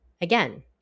again